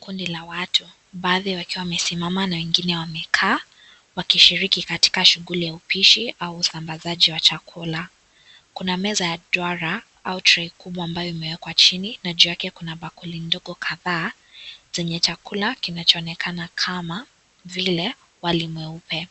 Kundi la watu baadhi wakiwa wamesimama na wengine wamekaa wakishiriki katika shuguli ya upishi au usambasaji wa chakula kuna meza ya duara au tray kubwa ambayo imeekwa chini na juu yake kuna bakuri ndogo kadhaa zenye chakula kinachoonekana kama vile wali mweupe